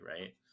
Right